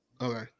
Okay